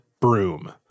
broom